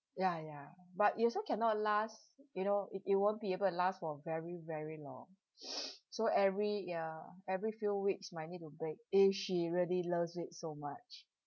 ya ya but it also cannot last you know it it won't be able to last for very very long so every ya every few weeks might need to break if she really loves it so much